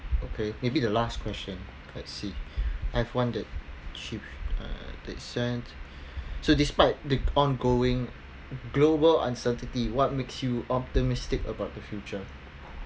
okay maybe the last question let's see I've wondered so despite the ongoing global uncertainty what makes you optimistic about the future